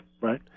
Right